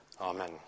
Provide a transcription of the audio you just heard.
Amen